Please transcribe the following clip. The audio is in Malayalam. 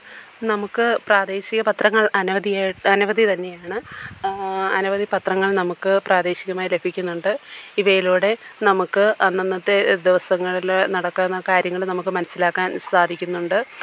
നമുക്ക് പ്രാദേശികപത്രങ്ങള് അനവധിയായി അനവധി തന്നെയാണ് അനവധി പത്രങ്ങള് നമുക്ക് പ്രാദേശികമായി ലഭിക്കുന്നുണ്ട് ഇവയിലൂടെ നമുക്ക് അന്നന്നത്തെ ദിവസങ്ങളിൽ നടക്കുന്ന കാര്യങ്ങൾ നമുക്ക് മനസ്സിലാക്കാന് സാധിക്കുന്നുണ്ട്